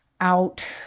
out